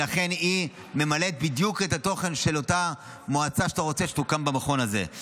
לכן היא ממלאת בדיוק את התוכן של אותה מועצה שאתה רוצה שתוקם במכון הזה.